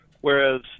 Whereas